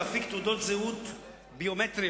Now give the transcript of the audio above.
להפיק תעודות זהות ביומטריות,